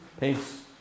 Peace